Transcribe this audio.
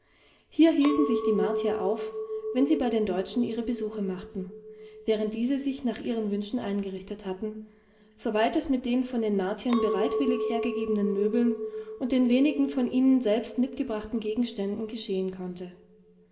hier hielten sich die martier auf wenn sie bei den deutschen ihre besuche machten während diese sich nach ihren wünschen eingerichtet hatten soweit es mit den von den martiern bereitwillig hergegebenen möbeln und den wenigen von ihnen selbst mitgebrachten gegenständen geschehen konnte